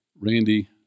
Randy